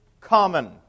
common